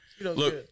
Look